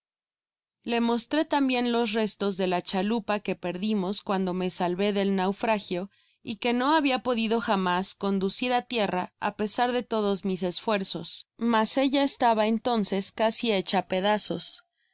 le mostré tambien los restos de la chalupa qne perdimos cuando me salvé del naufragio y que no habia podido jamás conducir á tierra á pesar de todos mis esfuerzos mas ella estaba entonces casi hecha pedazos